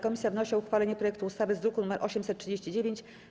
Komisja wnosi o uchwalenie projektu ustawy z druku nr 839.